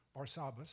Barsabbas